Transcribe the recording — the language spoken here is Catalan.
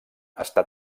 està